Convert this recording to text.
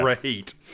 great